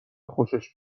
خوشش